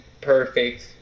Perfect